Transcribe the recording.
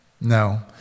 No